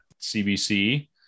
CBC